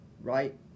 right